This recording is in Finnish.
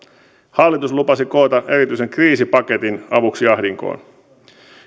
hallitus lupasi koota erityisen kriisipaketin avuksi ahdinkoon